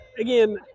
Again